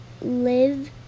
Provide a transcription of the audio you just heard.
live